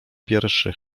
pierwszy